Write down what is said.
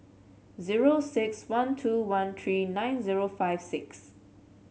zero six one two one three nine zero five six